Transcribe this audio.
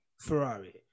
Ferrari